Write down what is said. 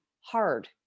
hard